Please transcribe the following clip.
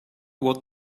what